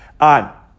on